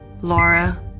Laura